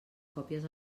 còpies